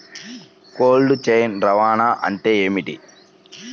Cold chain రవాణా అంటే ఏమిటీ?